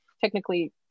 technically